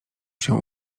się